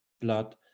blood